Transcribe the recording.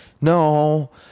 no